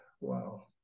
wow